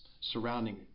surrounding